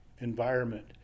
environment